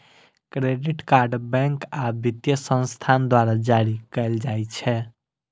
credit card bank आ वित्तीय संस्थान द्वारा जारी कैल जाइ छै